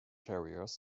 harriers